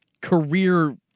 career